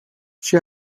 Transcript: she